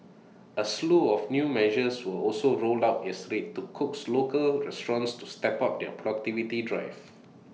A slew of new measures were also rolled out yesterday to coax local restaurants to step up their productivity drive